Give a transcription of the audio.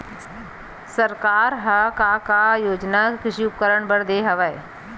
सरकार ह का का योजना कृषि उपकरण बर दे हवय?